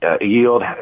yield